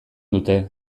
dute